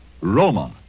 Roma